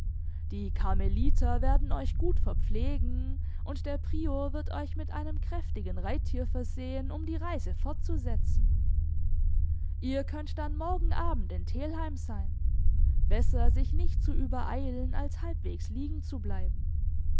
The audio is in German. die karmeliter werden euch gut verpflegen und der prior wird euch mit einem kräftigen reittier versehen um die reise fortzusetzen ihr könnt dann morgen abend in telheim sein besser sich nicht zu übereilen als halbwegs liegen zu bleiben